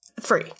Three